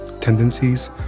tendencies